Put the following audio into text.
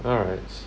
alright